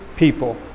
people